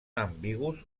ambigus